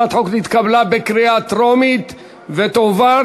הצעת החוק נתקבלה בקריאה טרומית ותועבר